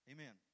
Amen